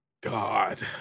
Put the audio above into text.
God